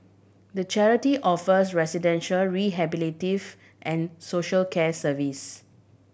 the charity offers residential rehabilitative and social care service